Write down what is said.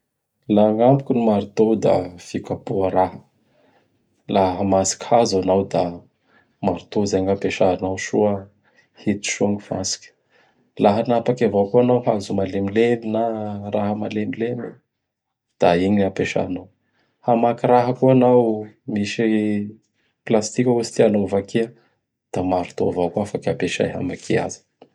Laha agnamiko gny marteau da fikapoha raha. Laha hamantsiky hazo anao da marteau izay gny ampiasanao soa hiditsy soa gny fantsiky. Laha hanapaky avao koa anao hazo malemilemy na raha melemilemy; da igny gn 'ampiasanao. Hamaky raha koa anao, misy plastika ohatsy tianao hovakia; da marteau avao koa afaky ampiasay afaky amakia azy.